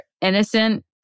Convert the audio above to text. innocent